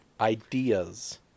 ideas